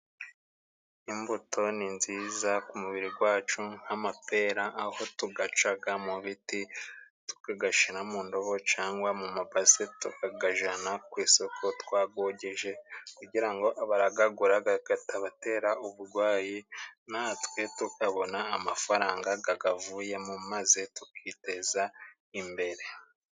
Imbuto ni nziza ku mubiri wacu, nk'amapera, aho tuyaca mu biti, tukayashyira mu ndobo cyangwa mu mabasi tukayajyana ku isoko twayogeje, kugira ngo abarayagura atabatera uburwayi, natwe tukabona amafaranga ayavuyemo, maze tukiteza imbere.